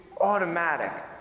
automatic